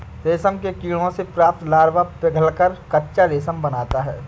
रेशम के कीड़ों से प्राप्त लार्वा पिघलकर कच्चा रेशम बनाता है